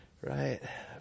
right